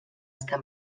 estar